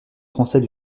français